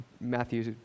Matthew's